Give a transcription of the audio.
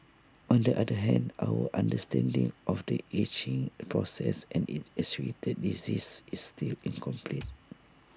on the other hand our understanding of the ageing process and its associated diseases is still incomplete